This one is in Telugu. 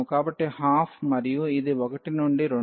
కాబట్టి 12 మరియు ఇది 1 నుండి 2